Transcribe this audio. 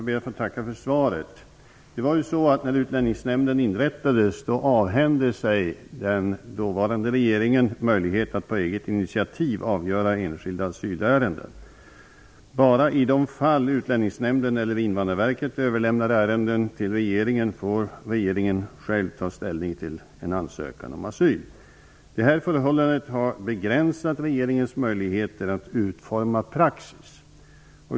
Herr talman! Jag ber att få tacka för svaret. När Utlänningsnämnden inrättades avhände sig den dåvarande regeringen möjlighet att på eget initiativ avgöra enskilda asylärenden. Bara i de fall Utlänningsnämnden eller Invandrarverket överlämnar ärenden till regeringen får regeringen själv ta ställning till en ansökan om asyl. Detta förhållande har begränsat regeringens möjligheter att utforma praxis.